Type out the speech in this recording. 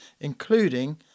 including